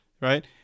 right